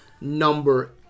number